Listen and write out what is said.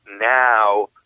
Now